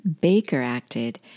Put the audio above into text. Baker-acted